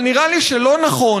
אבל נראה לי שלא נכון,